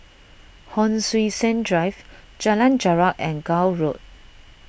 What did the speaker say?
Hon Sui Sen Drive Jalan Jarak and Gul Road